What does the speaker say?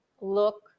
look